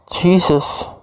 Jesus